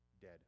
dead